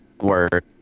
Word